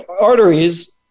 arteries